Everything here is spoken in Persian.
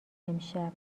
امشب